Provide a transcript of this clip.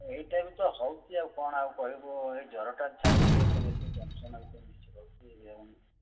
ଏଇ ଟାଇମ୍ ତ ହଉଛି ଆଉ କ'ଣ ଆଉ କହିବୁ ଏଇ ଜ୍ୱରଟା ଛାଡ଼ୁନି ଟିକେ ବେଶୀ ଟେନ୍ସନ୍ ଭିତରେ ରହୁଛି